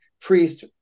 priest